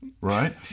right